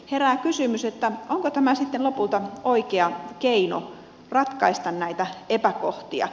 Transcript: herää kysymys onko tämä sitten lopulta oikea keino ratkaista näitä epäkohtia